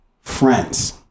Friends